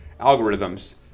algorithms